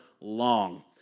long